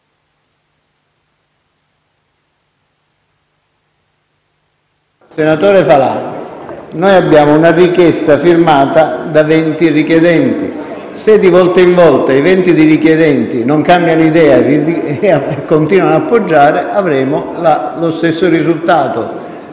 Senatore Falanga, noi abbiamo una richiesta firmata da 20 richiedenti, se di volta in volta non cambiano idea e continuano ad appoggiare la richiesta avremo lo stesso risultato,